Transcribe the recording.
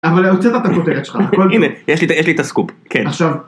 אבל הוצאת את הכותרת שלך, הכל פה. הנה, יש לי את הסקופ, כן, עכשיו.